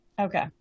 Okay